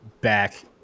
back